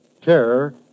Care